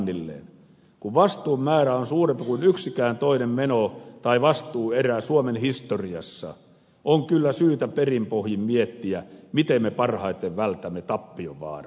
kun vastuun määrä on suurempi kuin yksikään toinen meno tai vastuuerä suomen historiassa on kyllä syytä perin pohjin miettiä miten me parhaiten vältämme tappion vaaran